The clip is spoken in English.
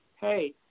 hey